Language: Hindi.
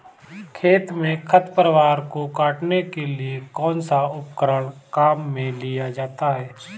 खेत में खरपतवार को काटने के लिए कौनसा उपकरण काम में लिया जाता है?